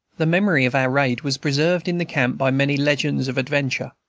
the memory of our raid was preserved in the camp by many legends of adventure,